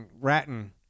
ratting